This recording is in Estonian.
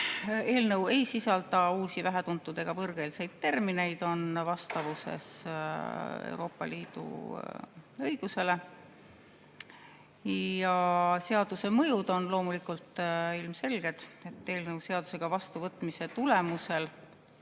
Eelnõu ei sisalda uusi, vähetuntud ega võõrkeelseid termineid ja on vastavuses Euroopa Liidu õigusega. Seaduse mõjud on loomulikult ilmselged, et eelnõu seadusena vastuvõtmise tulemusel